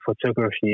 photography